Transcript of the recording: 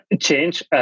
change